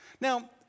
Now